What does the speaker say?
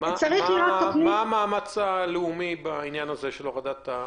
מה המאמץ הלאומי בעניין הזה של הורדת האפליקציה?